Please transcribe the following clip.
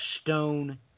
stone